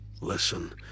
Listen